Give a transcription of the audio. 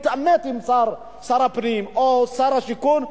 מתעמת עם שר הפנים או עם שר השיכון,